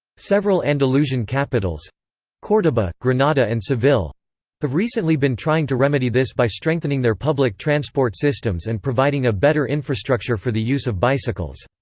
several andalusian capitals cordoba, granada and seville have recently been trying to remedy this by strengthening their public transport systems and providing a better infrastructure for the use of bicycles.